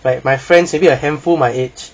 like my friends maybe a handful my age